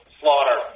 slaughter